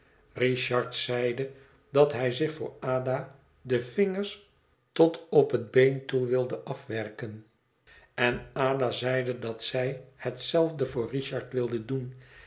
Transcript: richard zeide dat hij zich voor ada de vingers tot op het been toe wilde afwerken en ada zeide dat zij hetzelfde voor richard wilde doen